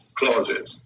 clauses